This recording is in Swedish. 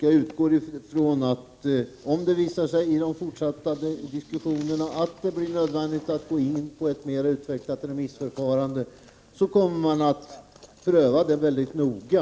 Jag utgår ifrån att det, om det visar sig vid de fortsatta diskussionerna bli nödvändigt med ett mera utvecklat remissförfarande, kommer att ske en mycket noggrann prövning av den frågan.